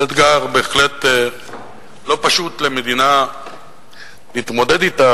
זה אתגר בהחלט לא פשוט למדינה להתמודד אתו.